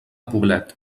poblet